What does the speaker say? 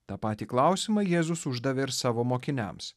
tą patį klausimą jėzus uždavė ir savo mokiniams